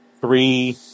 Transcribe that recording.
three